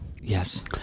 yes